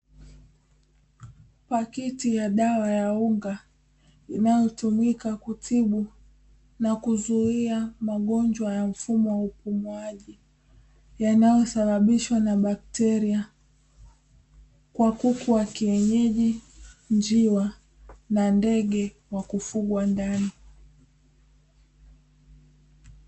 Paketi ya dawa ya unga inayotumika kutibu na kuzuia magonjwa ya mfumo wa upumuaji yanayosababishwa na bakteria kwa kuku wa kienyeji, njiwa na ndege wa kufugwa ndani.